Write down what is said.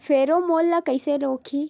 Pheromone ला कइसे रोकही?